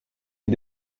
est